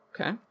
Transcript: Okay